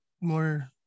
more